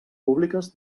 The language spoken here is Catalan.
públiques